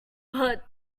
but